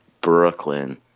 Brooklyn